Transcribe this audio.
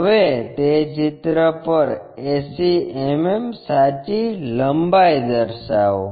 હવે તે ચિત્ર પર 80 mm સાચી લંબાઈ દર્શાવો